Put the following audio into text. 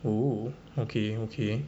oh okay okay